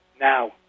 now